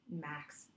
max